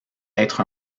être